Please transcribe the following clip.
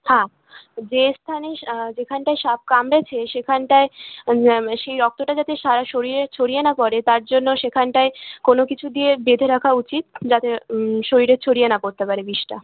হ্যাঁ যে স্থানে স যেখানটায় সাপ কামড়েছে সেখানটায় সেই রক্তটা যাতে সারা শরীরে ছড়িয়ে না পড়ে তার জন্য সেখানটায় কোনো কিছু দিয়ে বেঁধে রাখা উচিত যাতে শরীরে ছড়িয়ে না পড়তে পারে বিষটা